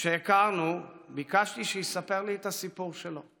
כשהכרנו ביקשתי שיספר לי את הסיפור שלו,